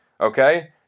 okay